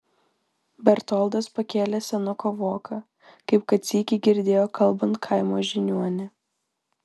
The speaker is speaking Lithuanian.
bertoldas pakėlė senuko voką kaip kad sykį girdėjo kalbant kaimo žiniuonį